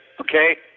okay